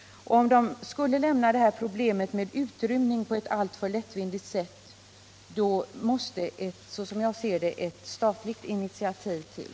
Om de skulle behandla problemet med utrymning på ett alltför lättvindigt sätt måste, som jag ser det, ett statligt initiativ till.